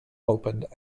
opened